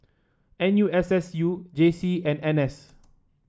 N U S S U J C and N S